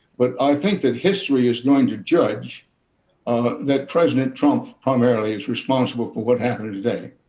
but i think that history is going to judge ah that president trump primarily is responsible for what happened today.